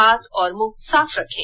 हाथ और मुंह साफ रखें